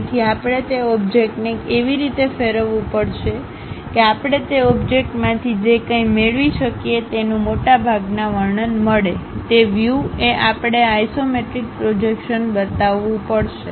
તેથી આપણે તે ઓબ્જેક્ટને એવી રીતે ફેરવવું પડશે કે આપણે તે ઓબ્જેક્ટમાંથી જે કંઇ મેળવી શકીએ તેનું મોટાભાગના વર્ણન મળે તે વ્યુ એ આપણે આ આઇસોમેટ્રિક પ્રોજેક્શન્સ બતાવવું પડશે